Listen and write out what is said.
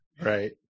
right